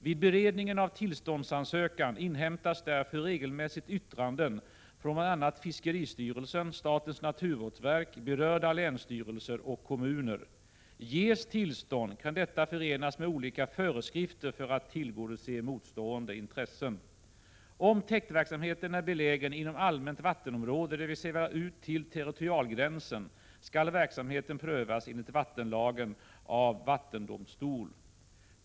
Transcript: Vid beredningen av tillståndsansökan inhämtas därför regelmässigt yttranden från bl.a. fiskeristyrelsen, statens naturvårdsverk, berörda länsstyrelser och kommuner. Ges tillstånd, kan detta förenas med olika föreskrifter för att tillgodose motstående intressen. Om täktverksamheten är belägen inom allmänt vattenområde — dvs. ut till territorialgränsen — skall verksamheten prövas enligt vattenlagen av vattendomstol.